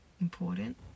important